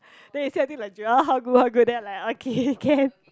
then he say until like Joel how good how good then I'm like okay can